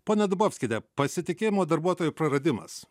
pone dubovskiene pasitikėjimo darbuotoju praradimas